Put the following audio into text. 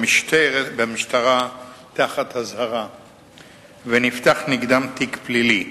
במשטרה תחת אזהרה ונפתח נגדם תיק פלילי.